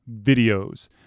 videos